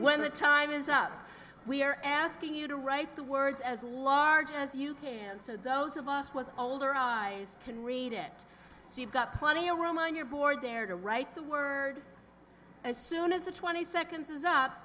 when the time is up we are asking you to write the words as large as you can so those of us with older eyes can read it so you've got plenty of room on your board there to write the word as soon as the twenty seconds is up